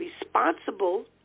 responsible